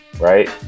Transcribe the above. right